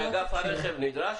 באגף הרכב נדרשת?